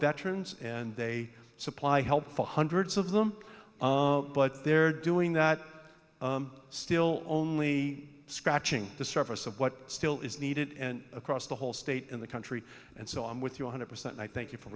veterans and they supply help for hundreds of them but they're doing that still only scratching the surface of what still is needed and across the whole state in the country and so i'm with you one hundred percent i thank you for